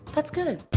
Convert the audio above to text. that's good.